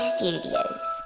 Studios